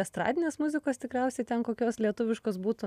estradinės muzikos tikriausiai ten kokios lietuviškos būtų